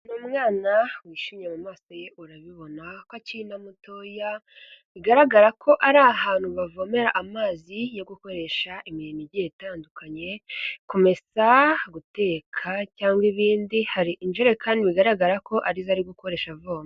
Ni umwana wishimye mu maso ye urabibona ko akiri na mutoya, bigaragara ko ari ahantu bavomera amazi yo gukoresha imirimo igiye itandukanye, kumesa, guteka cyangwa ibindi, hari injerekani bigaragara ko ari zo ari gukoresha avoma.